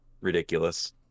ridiculous